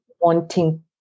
wanting